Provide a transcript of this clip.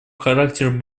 характеру